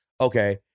Okay